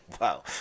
wow